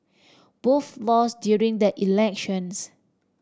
both lost during the elections